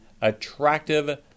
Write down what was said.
attractive